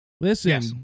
Listen